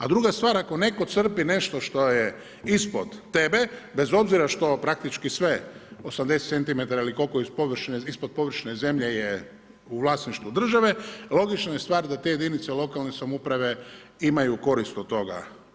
A druga stvar, ako ne crpi nešto što je ispod tebe, bez obzira što praktički sve 80 cm ili koliko je ispod površine zemlje je u vlasništvu države, logična je stvar da te jedinice lokalne samouprave imaju korist od toga.